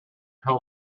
home